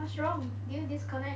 what's wrong did you disconnect